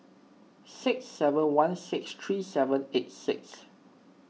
six seven one six three seven eight six